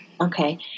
Okay